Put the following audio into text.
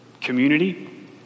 community